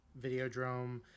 Videodrome